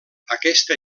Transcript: aquesta